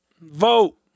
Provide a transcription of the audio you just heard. vote